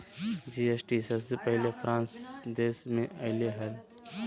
GST सबसे पहले France देश मे अइले हल